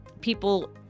people